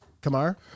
Kamar